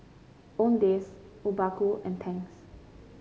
Owndays Obaku and Tangs